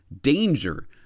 danger